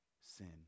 sin